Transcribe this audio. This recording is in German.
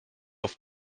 auf